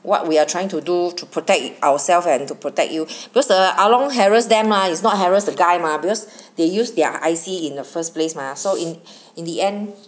what we are trying to do to protect ourselves and to protect you because the 啊窿 harass them mah is not harass the guy mah because they use their I_C in the first place mah so in in the end